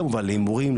כמובן להימורים,